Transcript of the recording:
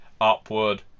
upward